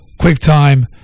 QuickTime